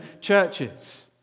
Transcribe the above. churches